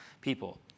people